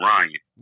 Ryan